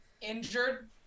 injured